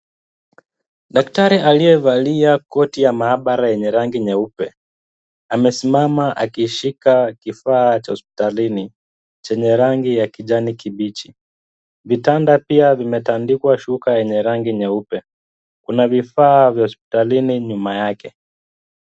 Daktari aliyevalia koti ya maabara yenye rangi nyeupe amesimama akishika kifaa cha hospitalini chenye rangi ya kijani kibichi. Vitanda pia vimetandikwa shuka yenye rangi nyeupe. Kuna vifaa vya hospitalini nyuma yake.